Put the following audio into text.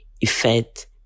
effect